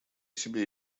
себе